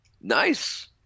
Nice